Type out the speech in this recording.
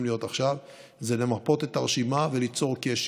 להיות עכשיו זה למפות את הרשימה וליצור קשר,